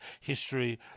history